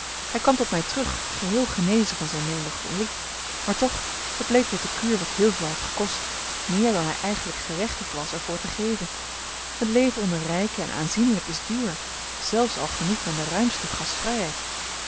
hij kwam tot mij terug geheel genezen van zijne melancholie maar toch het bleek dat de kuur wat heel veel had gekost meer dan hij eigenlijk gerechtigd was er voor te geven het leven onder rijken en aanzienlijken is duur zelfs al geniet men de ruimste gastvrijheid